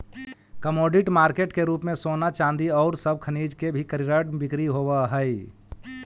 commodity market के रूप में सोना चांदी औउर सब खनिज के भी कर्रिड बिक्री होवऽ हई